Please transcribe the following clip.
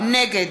נגד